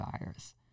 virus